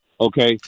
okay